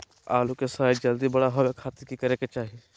आलू के साइज जल्दी बड़ा होबे खातिर की करे के चाही?